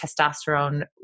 testosterone